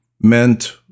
meant